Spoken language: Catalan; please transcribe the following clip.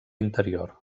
interior